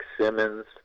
Simmons